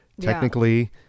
technically